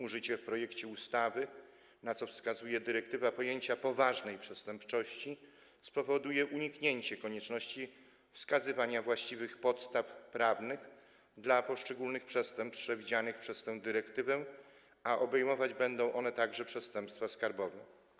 Użycie w projekcie ustawy - na co wskazuje dyrektywa - pojęcia „poważnej przestępczości” spowoduje uniknięcie konieczności wskazywania właściwych podstaw prawnych dla poszczególnych przestępstw przewidzianych przez tę dyrektywę, a obejmować będą one także przestępstwa skarbowe.